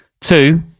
Two